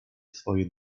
swoje